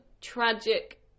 tragic